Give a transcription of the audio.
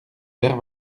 vert